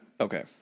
okay